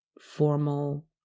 formal